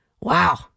Wow